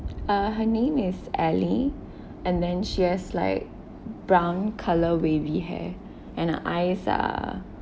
uh her name is ellie and then she has like brown colour wavy hair and her eyes are